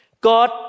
God